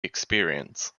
experience